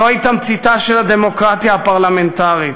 זוהי תמציתה של הדמוקרטיה הפרלמנטרית.